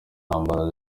intambara